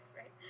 Right